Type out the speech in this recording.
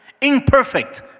Imperfect